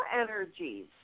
energies